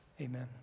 Amen